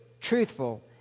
truthful